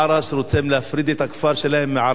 שרוצים להפריד את הכפר שלהם מערערה.